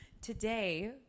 Today